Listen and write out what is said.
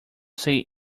say